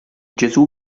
gesù